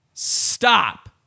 Stop